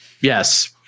Yes